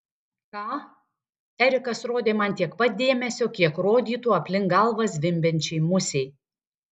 ką erikas rodė man tiek pat dėmesio kiek rodytų aplink galvą zvimbiančiai musei